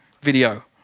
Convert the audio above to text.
video